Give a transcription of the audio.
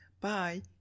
bye